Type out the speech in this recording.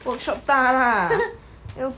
workshop 大 lah 要做